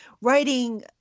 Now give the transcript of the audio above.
writing